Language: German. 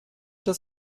das